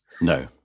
No